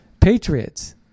patriots